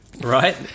Right